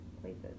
places